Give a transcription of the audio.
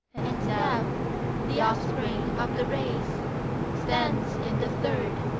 and now the offspring of the race stands in the third,